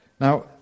Now